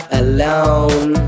alone